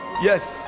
Yes